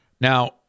now